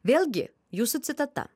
vėlgi jūsų citata